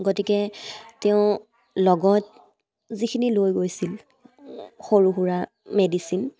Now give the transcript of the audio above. গতিকে তেওঁ লগত যিখিনি লৈ গৈছিল সৰু সুৰা মেডিচিন